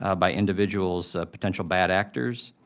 ah by individuals, potential bad actor.